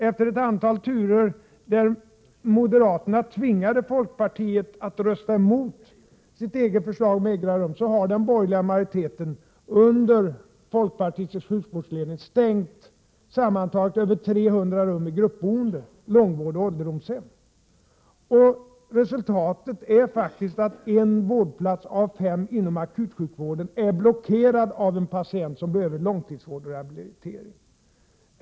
Efter ett antal turer där moderaterna tvingade folkpartiet att rösta emot sitt eget förslag om egna rum har den borgerliga majoriteten under folkpartistisk sjukvårdsledning stängt sammantaget över 300 platser i gruppboende, på långvård och ålderdomshem. Resultatet är att en vårdplats av fem inom akutsjukvården är blockerad av en patient som behöver långtidsvård eller rehabilitering.